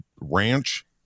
Ranch